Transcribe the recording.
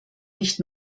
nicht